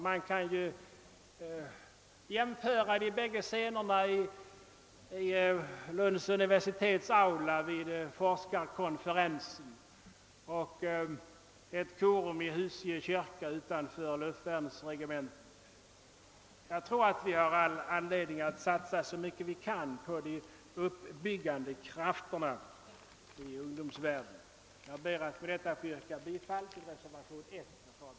Man kan jämföra två olika scener: den i Lunds universitetsaula vid forskarkonferensen och den vid ett korum i Husie kyrka utanför luftvärnsregementet i Malmö. Jag tror att vi då har all anledning att satsa så mycket vi kan på de uppbyggande krafterna i ungdomsvärlden. Herr talman! Jag ber att få yrka bifall till reservation I.